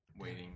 waiting